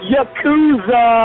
Yakuza